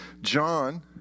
John